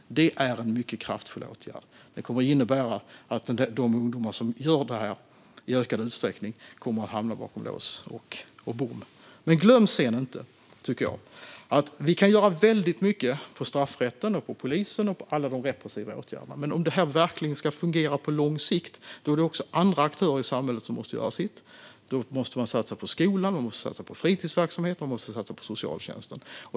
Det är en mycket kraftfull åtgärd som kommer att innebära att de ungdomar som gör det här i ökad utsträckning kommer att hamna bakom lås och bom. Men glöm sedan inte, tycker jag, att vi kan göra väldigt mycket när det gäller straffrätten, polisen och alla de repressiva åtgärderna, men om det här verkligen ska fungera på lång sikt är det också andra aktörer i samhället som måste göra sitt. Man måste satsa på skolan, fritidsverksamheten och socialtjänsten.